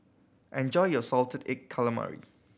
enjoy your salted egg calamari